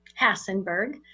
Hassenberg